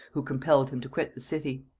who compelled him to quit the city.